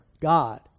God